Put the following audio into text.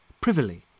privily